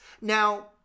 Now